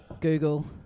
Google